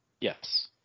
Yes